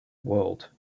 world